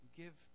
give